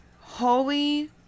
holy